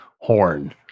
Horn